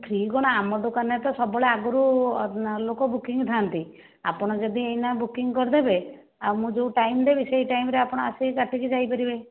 free କଣ ଆମ ଦୋକାନରେ ତ ସବୁବେଳେ ଆଗରୁ ଲୋକ ବୁକିଂ ଥାନ୍ତି ଆପଣ ଯଦି ଏହିନା ବୁକିଂ କରିଦେବେ ଆଉ ମୁଁ ଯେଉଁ ଟାଇମ୍ ଦେବି ସେହି ଟାଇମ୍ରେ ଆସି କାଟିକି ଯାଇ ପାରିବେ